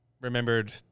remembered